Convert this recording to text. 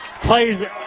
plays